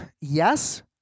yes